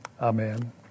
Amen